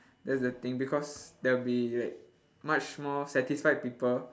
that's the thing because there will be like much more satisfied people